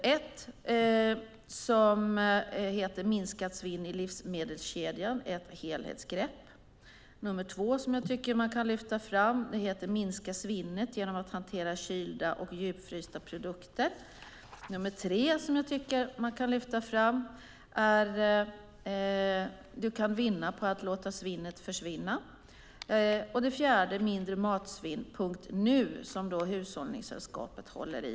Det första heter: Minskat svinn i livsmedelskedjan. Det andra som man kan lyfta fram är: Minska svinnet genom att hantera kylda och djupfrysta produkter. Det tredje är: Du kan vinna på att låta svinnet försvinna. Det fjärde är: Mindrematsvinn.nu, som Hushållningssällskapet håller i.